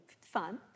fun